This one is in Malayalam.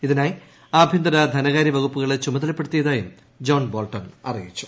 ഇതിനായി ആഭ്യന്തര ധനകാര്യ വകുപ്പുകളെ ചുമതലപ്പെടുത്തിയതായും ജോൺ ബോൾട്ടൺ അറിയിച്ചു